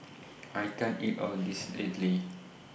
I can't eat All of This Idly